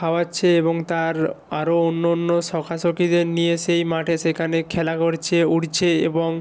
খাওয়াচ্ছে এবং তার আরো অন্য অন্য সখা সখীদের নিয়ে সেই মাঠে সেখানে খেলা করছে উড়ছে এবং